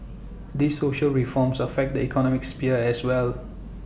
these social reforms affect the economic sphere as well